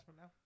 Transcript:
now